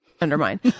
undermine